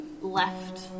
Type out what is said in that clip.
left